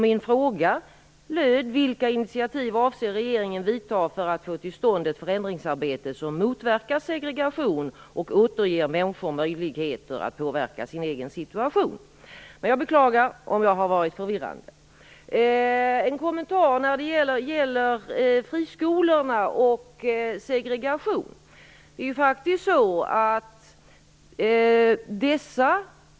Min fråga löd: Vilka intitiativ avser regeringen vidta för att få till stånd ett förändringsarbete som motverkar segregation och återger människor möjligheter att påverka sin egen situation? Jag beklagar om jag har varit förvirrande. Jag skall ge en kommentar när det gäller friskolorna och segregation.